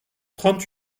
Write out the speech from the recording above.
trente